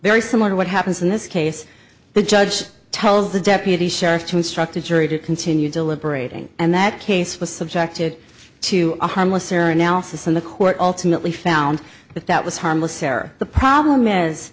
very similar to what happens in this case the judge told the deputy sheriff to instruct the jury to continue deliberating and that case was subjected to a harmless error analysis and the court ultimately found that that was harmless error the problem is